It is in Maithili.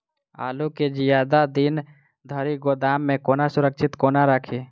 आलु केँ जियादा दिन धरि गोदाम मे कोना सुरक्षित कोना राखि?